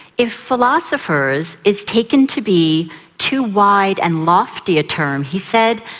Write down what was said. if philosophers is taken to be too wide and lofty a term he said,